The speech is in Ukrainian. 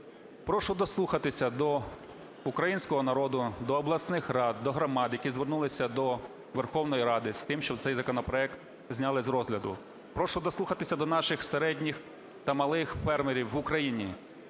Прошу дослухатися до українського народу, до обласних рад, до громад, які звернулися до Верховної Ради з тим, щоб цей законопроект зняли з розгляду. Прошу дослухатися до наших середніх та малих фермерів в Україні,